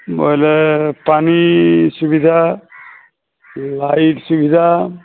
ବୋଇଲେ ପାଣି ସୁବିଧା ଲାଇଟ୍ ସୁବିଧା